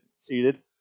seated